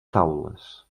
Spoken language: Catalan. taules